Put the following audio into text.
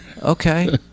okay